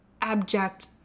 abject